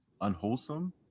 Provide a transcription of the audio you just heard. unwholesome